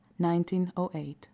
1908